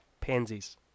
pansies